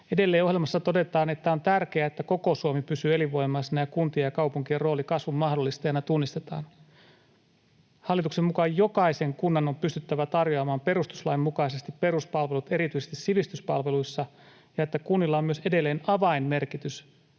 Edelleen ohjelmassa todetaan, että on tärkeää, että koko Suomi pysyy elinvoimaisena ja kuntien ja kaupunkien rooli kasvun mahdollistajana tunnistetaan. Hallituksen mukaan jokaisen kunnan on pystyttävä tarjoamaan perustuslain mukaisesti peruspalvelut erityisesti sivistyspalveluissa ja kunnilla on myös edelleen avainmerkitys